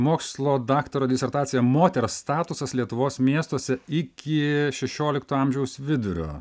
mokslo daktaro disertaciją moters statusas lietuvos miestuose iki šešiolikto amžiaus vidurio